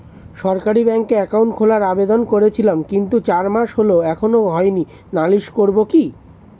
সরকারি ব্যাংকে একাউন্ট খোলার আবেদন করেছিলাম কিন্তু চার মাস হল এখনো হয়নি নালিশ করব কি?